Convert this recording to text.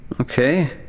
Okay